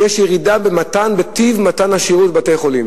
שלפיו שיש ירידה בטיב מתן השירות בבתי-חולים.